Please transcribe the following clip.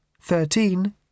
thirteen